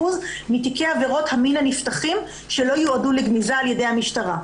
מתיקי עבירות המין הנפתחים שלא יועדו לגניזה על ידי המשטרה.